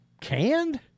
canned